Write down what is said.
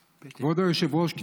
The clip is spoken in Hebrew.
היושב-ראש,